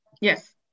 Yes